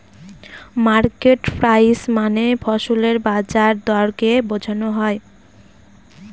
market price মানে ফসলের বাজার দরকে বোঝনো হয়